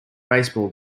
baseball